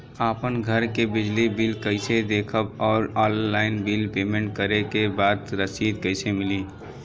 आपन घर के बिजली बिल कईसे देखम् और ऑनलाइन बिल पेमेंट करे के बाद रसीद कईसे मिली?